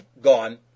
gone